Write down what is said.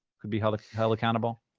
could be held held accountable?